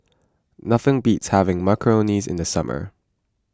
nothing beats having Macarons in the summer